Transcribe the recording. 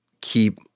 keep